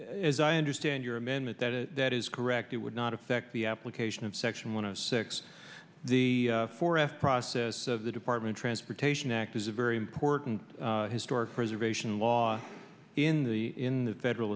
as i understand your amendment that is correct it would not affect the application of section one of six the four s process of the department transportation act is a very important historic preservation law in the in the federal